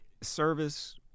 service